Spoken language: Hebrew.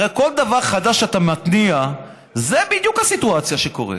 הרי כל דבר חדש שאתה מתניע זאת בדיוק הסיטואציה שקורית.